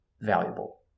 valuable